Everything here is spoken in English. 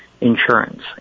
insurance